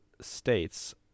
states